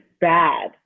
bad